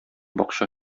бакча